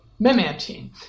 memantine